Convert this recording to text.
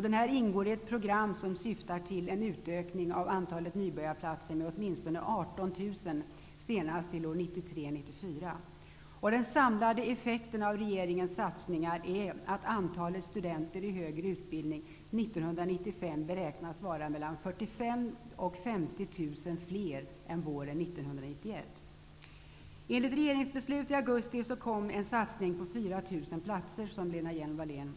Den ingår i ett program som syftar till en utökning av antalet nybörjarplatser med åtminstone 18 000 senast till 1993/94. Den samlade effekten av regeringens satsningar är att antalet studenter i högre utbildning Enligt ett regeringsbeslut i augusti kom en satsning på 4 000 platser, som Lena Hjelm-Walle n